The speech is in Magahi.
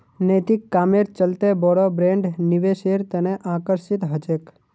नैतिक कामेर चलते बोरो ब्रैंड निवेशेर तने आकर्षित ह छेक